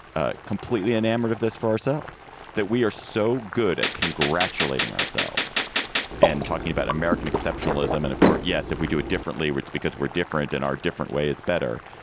ah completely enamored of this for ourselves that we are so good at congratulating ourselves and talking about american exceptionalism, and of course, yes, if we do it differently, it's because we're different in our different way is better.